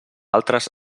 altres